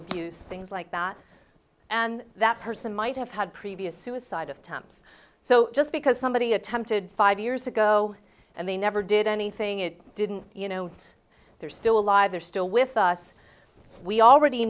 abuse things like that and that person might have had previous suicide attempts so just because somebody attempted five years ago and they never did anything it didn't you know they're still alive they're still with us we already